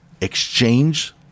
exchange